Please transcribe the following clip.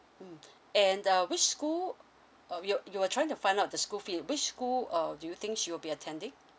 mmhmm and uh which school um you were you were trying to find out the school fee which school uh do you think she will be attending